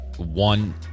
one